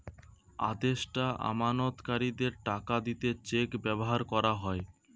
আদেষ্টা আমানতকারীদের টাকা দিতে চেক ব্যাভার কোরা হয়